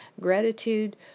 Gratitude